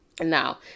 Now